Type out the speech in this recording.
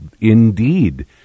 indeed